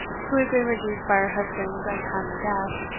who had been reduced by her husband's untimely death,